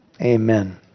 amen